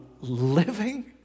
living